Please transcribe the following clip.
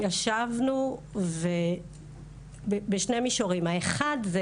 ישבנו בשני מישורים, האחד,